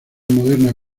moderna